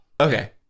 Okay